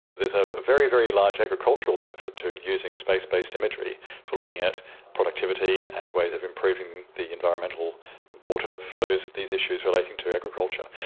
there's a very, very large agricultural benefits to using space based imagery for looking at productivity and ways of improving the environmental water flows, these issues relating to agriculture.